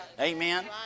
Amen